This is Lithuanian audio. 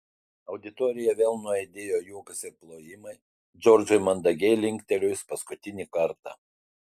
auditorijoje vėl nuaidėjo juokas ir plojimai džordžui mandagiai linktelėjus paskutinį kartą